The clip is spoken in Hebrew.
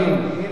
הנה, נכנס.